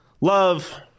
love